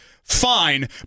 Fine